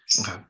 Okay